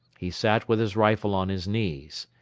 he sat with his rifle on his knees.